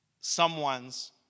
someone's